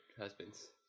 husbands